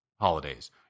holidays